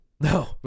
no